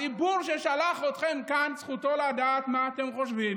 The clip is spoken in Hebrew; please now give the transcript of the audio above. הציבור ששלח אתכם לכאן, זכותו לדעת מה אתם חושבים